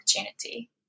opportunity